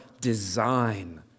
design